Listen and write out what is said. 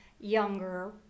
younger